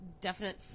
definite